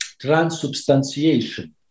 transubstantiation